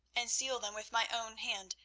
and seal them with my own hand,